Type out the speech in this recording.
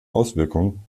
auswirkungen